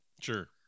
Sure